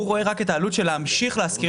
הוא רואה רק את העלות של להמשיך להשכיר